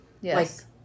Yes